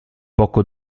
poco